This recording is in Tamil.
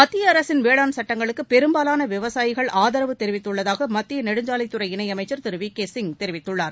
மத்திய அரசின் வேளாண் சுட்டங்களுக்கு பெரும்பாலான விவசாயிகள் ஆதரவு தெரிவித்துள்ளதாக மத்திய நெடுஞ்சாலைத்துறை இணையமைச்சர் திரு வி கே சிங் தெரிவித்துள்ளார்